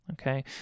Okay